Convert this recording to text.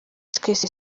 twese